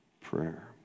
prayer